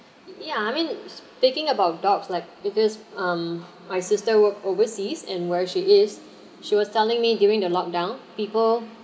yeah I mean speaking about dogs like because um my sister work overseas and where she is she was telling me during the locked down people